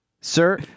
Sir